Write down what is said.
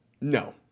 No